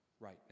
right